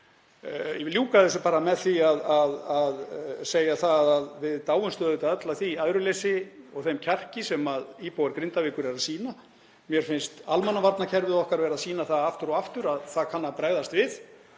Ég vil ljúka þessu með því að segja að við dáumst auðvitað öll að því æðruleysi og þeim kjarki sem íbúar Grindavíkur sýna. Mér finnst almannavarnakerfið okkar vera að sýna það aftur og aftur að það kann að bregðast við.